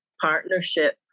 partnership